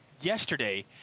yesterday